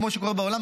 כמו שקורה בעולם,